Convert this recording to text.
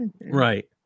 Right